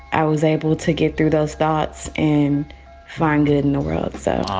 i was able to get through those thoughts and find good in the world, so.